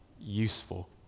useful